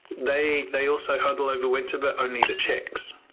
they they also huddle over winter, but only the chicks.